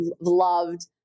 loved